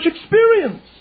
experience